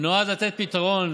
נועד לתת פתרון